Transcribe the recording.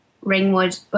Ringwood